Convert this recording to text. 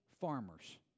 farmers